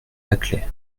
laclais